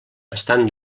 estant